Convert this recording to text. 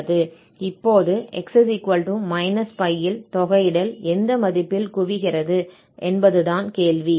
இப்போது x−π இல் தொகையிடல் எந்த மதிப்பில் குவிகிறது என்பதுதான் கேள்வி